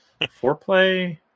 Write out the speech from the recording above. foreplay